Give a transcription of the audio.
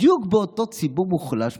מטפלים בדיוק באותו ציבור מוחלש.